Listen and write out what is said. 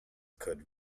could